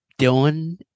Dylan